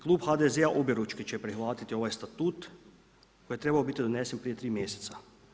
Klub HDZ-a objeručke će prihvatiti ovaj Statut koji je trebao biti odnesen prije 3 mjeseca.